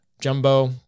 Jumbo